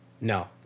No